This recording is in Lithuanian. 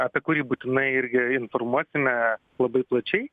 apie kurį būtinai irgi informuosime labai plačiai